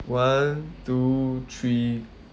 one two three